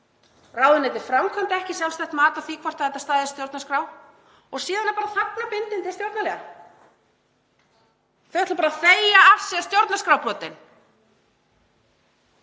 ráðuneytið framkvæmdi ekki sjálfstætt mat á því hvort þetta stæðist stjórnarskrá og síðan er bara þagnarbindindi stjórnarliða. Þau ætla bara að þegja af sér stjórnarskrárbrotin.